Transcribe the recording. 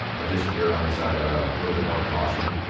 i'll just err on the side a, little bit more caution,